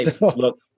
look